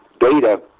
data